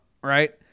right